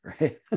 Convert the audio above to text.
right